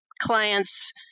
clients